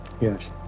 yes